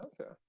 Okay